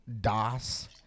DOS